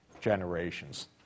generations